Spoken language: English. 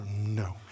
No